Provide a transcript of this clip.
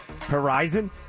Horizon